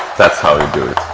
that's how you do it.